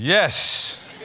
Yes